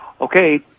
Okay